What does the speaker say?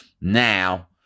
Now